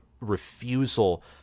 refusal